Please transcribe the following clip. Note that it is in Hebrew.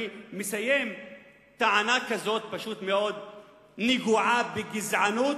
טענה כזאת פשוט מאוד נגועה בגזענות.